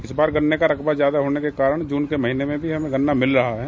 इस बार गन्ने का रकबा ज्यादा होने के कारण जून के महीने में भी हमें गन्ना मिल रहा है